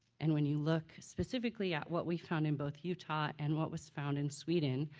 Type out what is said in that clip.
and when you look specifically at what we found in both utah and what was found in sweden,